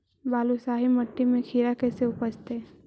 बालुसाहि मट्टी में खिरा कैसे उपजतै?